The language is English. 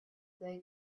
they